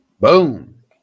Boom